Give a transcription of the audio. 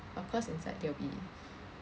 of course inside they will be